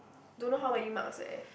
don't know how many marks eh